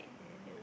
yeah